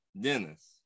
Dennis